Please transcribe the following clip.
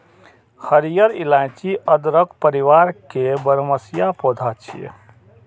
हरियर इलाइची अदरक परिवार के बरमसिया पौधा छियै